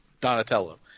Donatello